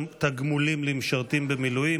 (תגמולים למשרתים במילואים),